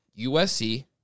USC